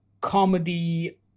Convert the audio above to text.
comedy